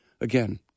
Again